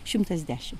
šimtas dešim